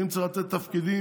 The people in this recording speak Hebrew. אם צריך לתת תפקידים,